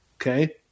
Okay